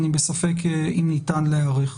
אני בספק אם ניתן להיערך.